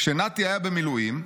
כשנתי היה במילואים,